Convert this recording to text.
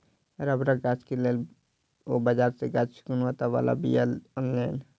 रबड़क गाछ के लेल ओ बाजार से उच्च गुणवत्ता बला बीया अनलैन